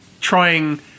trying